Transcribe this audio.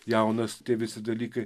jaunas tie visi dalykai